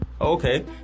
Okay